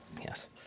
Yes